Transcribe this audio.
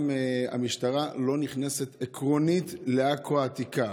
המשטרה גם לא נכנסת, עקרונית, לעכו העתיקה.